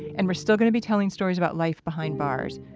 and we're still gonna be telling stories about life behind bars.